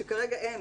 שכרגע אין,